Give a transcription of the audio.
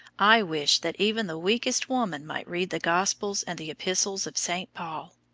i wish that even the weakest woman might read the gospels and the epistles of st paul,